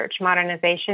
Modernization